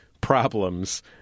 problems